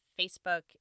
Facebook